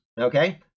Okay